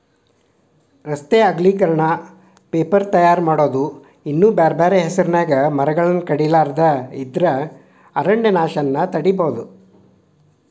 ರಸ್ತೆ ಅಗಲೇಕರಣ, ಪೇಪರ್ ತಯಾರ್ ಮಾಡೋದು ಇನ್ನೂ ಬ್ಯಾರ್ಬ್ಯಾರೇ ಹೆಸರಿನ್ಯಾಗ ಮರಗಳನ್ನ ಕಡಿಲಾರದ ಇದ್ರ ಅರಣ್ಯನಾಶವನ್ನ ತಡೇಬೋದು